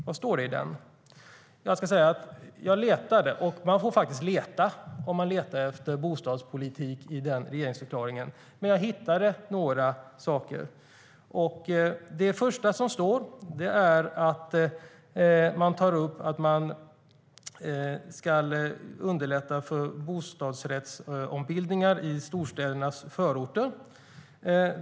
Vad står det i den? Jag ska säga att jag letade - man får faktiskt leta efter bostadspolitik i den regeringsförklaringen. Men jag hittade några saker. Det första som står är att man ska underlätta för bostadsrättsombildningar i storstädernas förorter.